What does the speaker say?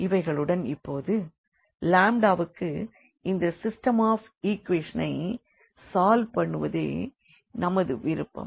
இவைகளுடன் இப்போது க்கு இந்த சிஸ்டம் ஆஃப் ஈக்வெஷன் ஐ சால்வ் பண்ணுவதே நமது விருப்பம்